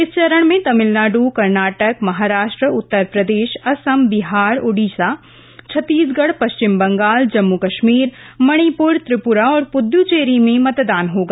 इस चरण में तमिलनाडु कर्नाटक महाराष्ट्र उत्तर प्रदेश असम बिहार ओडिसा छत्तीसगढ पश्चिम बंगाल जम्म कश्मीर मणिपूर त्रिपूरा और पृद्दचेरी में मतदान होगा